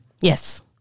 Yes